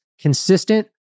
consistent